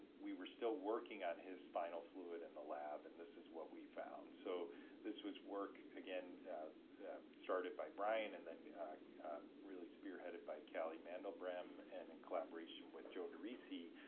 we were still working on his spinal fluid in the lab and this is what we found. so this was work again started by brian and then, really spearheaded by kelly mandle bram and in collaboration with joe derisi.